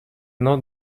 not